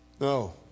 No